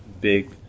big